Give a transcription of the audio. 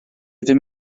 ddim